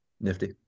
Nifty